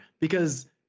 because-